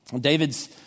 David's